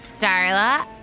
Darla